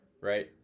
Right